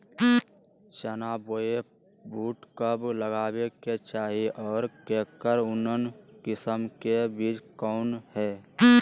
चना बोया बुट कब लगावे के चाही और ऐकर उन्नत किस्म के बिज कौन है?